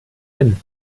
hin